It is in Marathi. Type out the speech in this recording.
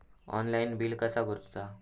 ऑनलाइन बिल कसा करुचा?